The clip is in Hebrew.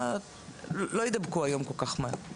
לא יידבקו היום כל כך מהר.